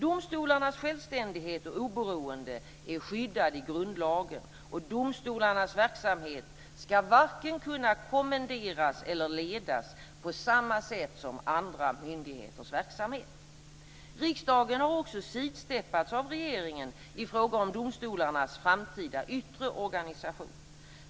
Domstolarnas självständighet och oberoende är skyddade i grundlagen och domstolarnas verksamhet ska varken kunna kommenderas eller ledas på samma sätt som andra myndigheters verksamhet. Riksdagen har också sidsteppats av regeringen i fråga om domstolarnas framtida yttre organisation.